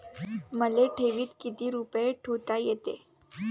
मले ठेवीत किती रुपये ठुता येते?